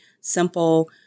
simple